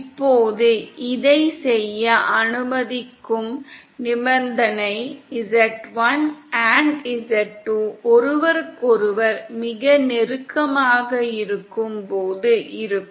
இப்போது இதைச் செய்ய அனுமதிக்கும் நிபந்தனை z1 z2 ஒருவருக்கொருவர் மிக நெருக்கமாக இருக்கும்போது இருக்கும்